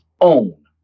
own